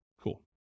Cool